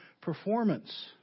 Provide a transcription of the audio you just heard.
performance